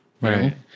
right